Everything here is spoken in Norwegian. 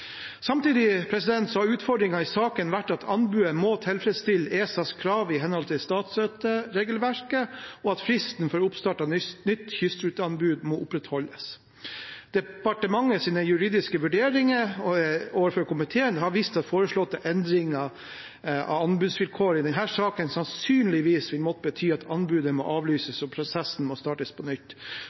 tilfredsstille ESAs krav i henhold til statsstøtteregelverket, og at fristen for oppstart av nytt kystruteanbud må opprettholdes. Departementets juridiske vurderinger overfor komiteen har vist at foreslåtte endringer av anbudsvilkårene i denne saken sannsynligvis vil måtte bety at anbudet må avlyses og prosessen startes på nytt,